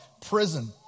prison